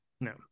No